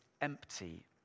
empty